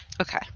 Okay